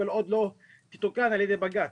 כל עוד לא תוקן על ידי בג"צ.